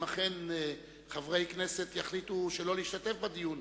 אם אכן חברי כנסת יחליטו שלא להשתתף בדיון,